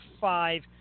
five